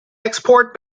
export